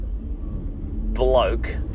bloke